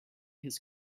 his